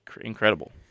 incredible